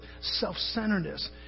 self-centeredness